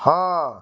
ହଁ